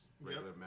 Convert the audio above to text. regular